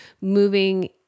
moving